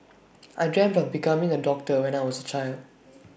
I dreamt of becoming A doctor when I was A child